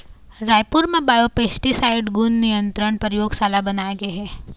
रायपुर म बायोपेस्टिसाइड गुन नियंत्रन परयोगसाला बनाए गे हे